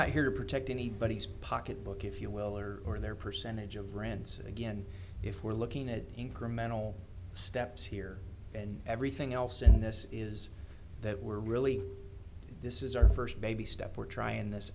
not here to protect anybody's pocketbook if you will or are there percentage of rands again if we're looking at incremental steps here and everything else in this is that we're really this is our first baby step we're trying this